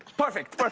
perfect, but